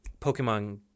Pokemon